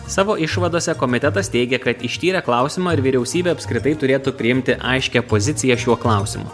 savo išvadose komitetas teigia kad ištyrę klausimą ar vyriausybė apskritai turėtų priimti aiškią poziciją šiuo klausimu